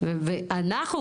ואנחנו,